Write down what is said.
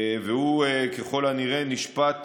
והוא ככל הנראה נשפט